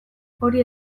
hori